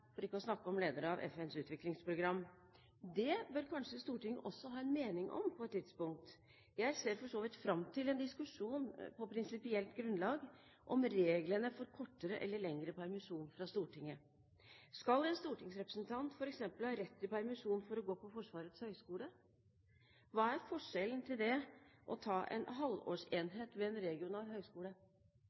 for ikke å snakke om leder av FNs utviklingsprogram. Det bør kanskje Stortinget også ha en mening om på et tidspunkt. Jeg ser for så vidt fram til en diskusjon på prinsipielt grunnlag om reglene for kortere eller lengre permisjon fra Stortinget. Skal en stortingsrepresentant f.eks. ha rett til permisjon for å gå på Forsvarets høgskole? Hva er forskjellen på det og å ta en halvårsenhet ved en regional